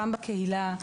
גם בקהילה,